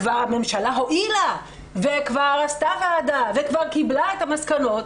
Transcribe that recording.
כבר הממשלה הואילה וכבר עשתה ועדה וכבר קיבלה את המסקנות,